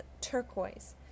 turquoise